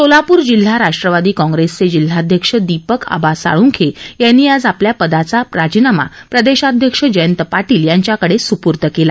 सोलापूर जिल्हा राष्ट्रवादी काँप्रेसचे जिल्हाध्यक्ष दीपक आबा साळखे यांनी आज आपल्या पदाचा राजीनामा प्रदेशाध्यक्ष जयंत पाटील यांच्याकडे सुपूर्द केला